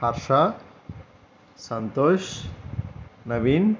Harsha Santosh Naveen